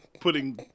putting